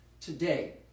Today